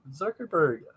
Zuckerberg